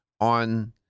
on